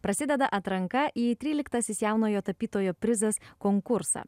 prasideda atranka į tryliktasis jaunojo tapytojo prizas konkursą